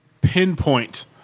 pinpoint